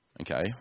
Okay